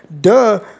Duh